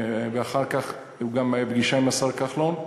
ואחר כך גם פגישה עם השר כחלון,